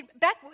back